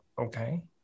Okay